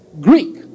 Greek